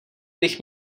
bych